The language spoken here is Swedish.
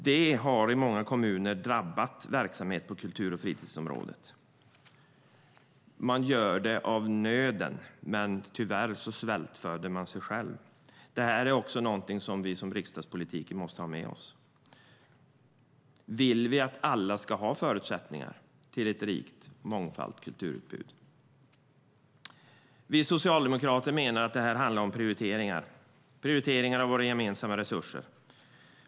Det har i många kommuner drabbat verksamheten på kultur och fritidsområdet. Man gör det av nöden, men tyvärr svältföder man sig själv. Detta är också något som vi som riksdagspolitiker måste ha med oss. Vill vi att alla ska ha förutsättningar för mångfald och ett rikt kulturutbud? Vi socialdemokrater menar att det handlar om prioriteringar av våra gemensamma resurser.